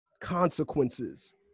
consequences